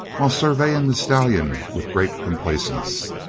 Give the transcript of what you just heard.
while surveying the stallion with great complacence.